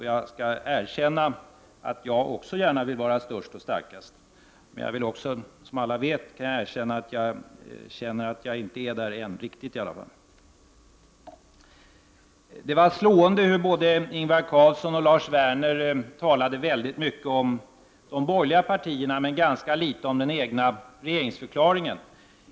Jag skall erkänna att också jag gärna vill vara störst och starkast, men som alla vet känner jag att jag i varje fall inte ännu är riktigt där. Både Ingvar Carlsson och Lars Werner talade slående nog mycket om de borgerliga partierna men ganska litet om den egna regeringsförklaringen.